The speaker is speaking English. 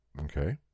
Okay